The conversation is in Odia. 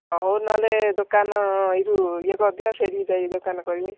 ହଉ ନ ହେଲେ ଦୋକାନ ଏଇ ଯେଉଁ ଇଏ କରିଦିଅ ସେଠି ଯାଇ ଦୋକାନ କରିବି